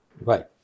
Right